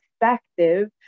perspective